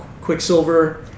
quicksilver